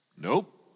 Nope